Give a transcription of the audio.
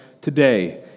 today